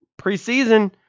preseason